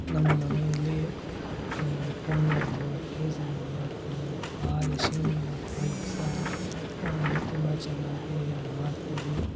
ನಮ್ಮ ಮನೆಯಲ್ಲಿ ಪೊಂಗಲ್ಲು ಕೇಸರೀಬಾತು ಪಾಯ್ ಶೇಮಿಯ ಪಾಯಸ ತುಂಬ ಚೆನ್ನಾಗೇ ಮಾಡ್ತೀವಿ